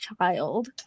child